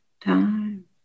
time